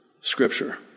Scripture